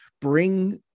bring